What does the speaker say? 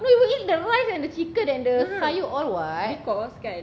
no you will eat the rice and the chicken and the sayur all [what]